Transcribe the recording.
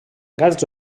gats